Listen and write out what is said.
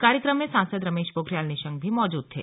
कार्यक्रम में सांसद रमेश पोखरियाल निशंक भी मौजूद थे